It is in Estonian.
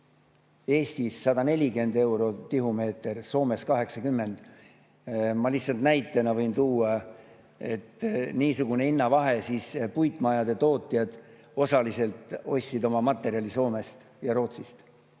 Eestis 140 eurot tihumeeter, Soomes 80. Ma lihtsalt näitena võin tuua, et kuna oli niisugune hinnavahe, siis puitmajade tootjad osaliselt ostsid oma materjali Soomest ja Rootsist,